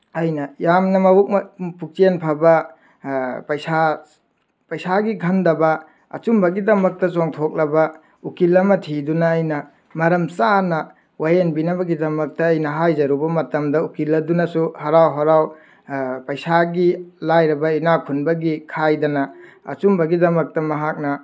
ꯑꯩꯅ ꯌꯥꯝꯅ ꯄꯨꯛꯆꯦꯟ ꯐꯕ ꯄꯩꯁꯥ ꯄꯩꯁꯥꯒꯤ ꯈꯟꯗꯕ ꯑꯆꯨꯝꯕꯒꯤꯗꯃꯛꯇ ꯆꯣꯡꯊꯣꯛꯂꯕ ꯎꯀꯤꯜ ꯑꯃ ꯊꯤꯗꯨꯅ ꯑꯩꯅ ꯃꯔꯝ ꯆꯥꯅ ꯋꯥꯌꯦꯟꯕꯤꯅꯕꯒꯤꯗꯃꯛꯇ ꯑꯩꯅ ꯍꯥꯏꯖꯔꯨꯕ ꯃꯇꯝꯗ ꯎꯀꯤꯜ ꯑꯗꯨꯅꯁꯨ ꯍꯔꯥꯎ ꯍꯔꯥꯎ ꯄꯩꯁꯥꯒꯤ ꯂꯥꯏꯔꯕ ꯏꯟꯅꯥꯈꯨꯟꯕꯒꯤ ꯈꯥꯏꯗꯅ ꯑꯆꯨꯝꯕꯒꯤꯗꯃꯛꯇ ꯃꯍꯥꯛꯅ